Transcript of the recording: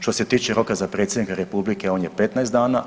Što se tiče roka za predsjednika republike on je 15 dana.